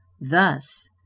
Thus